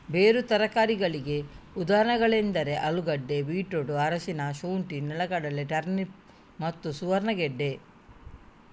ಬೇರು ತರಕಾರಿಗಳಿಗೆ ಉದಾಹರಣೆಗಳೆಂದರೆ ಆಲೂಗೆಡ್ಡೆ, ಬೀಟ್ರೂಟ್, ಅರಿಶಿನ, ಶುಂಠಿ, ನೆಲಗಡಲೆ, ಟರ್ನಿಪ್ ಮತ್ತು ಸುವರ್ಣಗೆಡ್ಡೆ